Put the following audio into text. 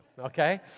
okay